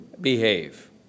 behave